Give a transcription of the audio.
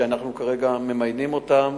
ואנחנו כרגע ממיינים אותם